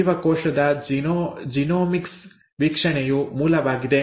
ಜೀವಕೋಶದ ಜೀನೋಮಿಕ್ಸ್ ವೀಕ್ಷಣೆಯು ಮೂಲವಾಗಿದೆ